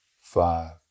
five